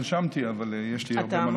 אבל יש לי הרבה מה לומר.